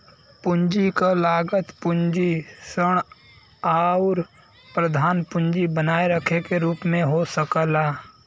पूंजी क लागत पूंजी ऋण आउर प्रधान पूंजी बनाए रखे के रूप में हो सकला